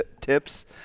tips